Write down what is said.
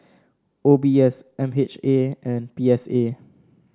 O B S M H A and P S A